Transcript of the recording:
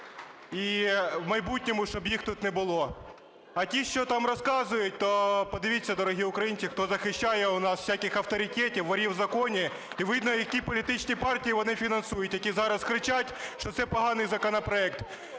і в майбутньому щоб їх тут не було. А ті, що там розказують, то подивіться, дорогі українці, хто захищає у нас всяких "авторитетів", "ворів в законі", і видно, які політичні партії вони фінансують, які зараз кричать, що це поганий законопроект.